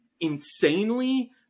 insanely